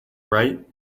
right